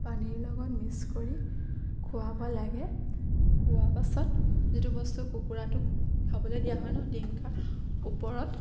পানীৰ লগত মিক্স কৰি খুৱাব লাগে খোৱাৰ পাছত যিটো বস্তু কুকুৰাটোক খাবলে দিয়া হয় ন ডিংকাৰ ওপৰত